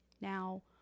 now